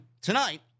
tonight